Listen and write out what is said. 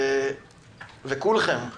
וכולם,